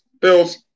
Bills